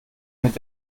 mit